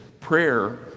Prayer